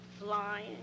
flying